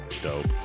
Dope